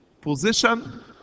position